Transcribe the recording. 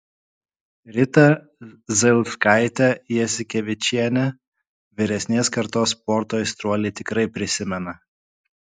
ritą zailskaitę jasikevičienę vyresnės kartos sporto aistruoliai tikrai prisimena